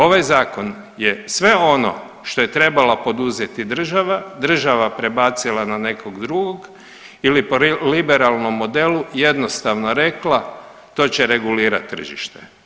Ovaj zakon je sve ono što je trebala poduzeti država, država prebacila na nekog drugog ili po liberalnom modelu jednostavno rekla, to će regulirat tržište.